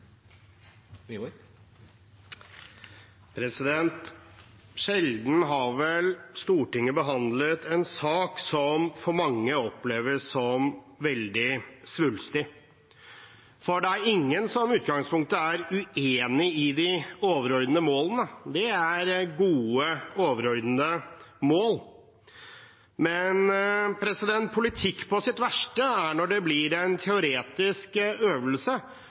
Sjelden har vel Stortinget behandlet en sak som for mange oppleves som så svulstig. Det er ingen som i utgangspunktet er uenig i de overordnede målene, det er gode overordnede mål. Men politikk på sitt verste er når det blir en teoretisk øvelse